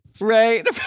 Right